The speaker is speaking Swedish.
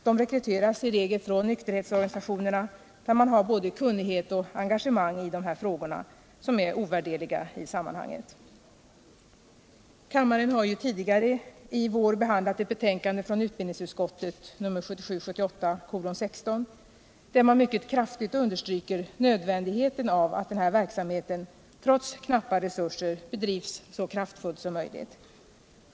Dessa rekryteras i regel från nykterhetsorganisationerna, där man har både kunnighet och engagemang i dessa frågor, något som är ovärderligt i sammanhanget. Kammaren har tidigare i vår behandlat ett betänkande från utbildningsutskottet, 1977/78:16, i vilket man mycket kraftigt understryker nödvändigheten av att de ideella organisationernas verksamhet trots knappa resurser bedrivs så kraftfullt som möjligt.